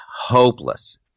hopeless